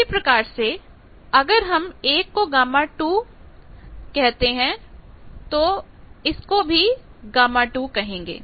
इसी प्रकार से अगर हम एक को Γ2 आते हैं तो हम इसको भी Γ2 कहेंगे